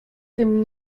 tym